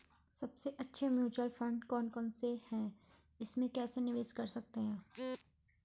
सबसे अच्छे mutual fund कौन कौनसे हैं इसमें कैसे निवेश कर सकते हैं?